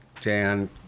Dan